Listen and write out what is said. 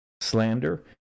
slander